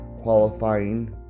qualifying